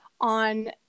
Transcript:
on